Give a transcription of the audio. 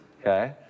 Okay